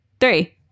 three